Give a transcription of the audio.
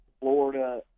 Florida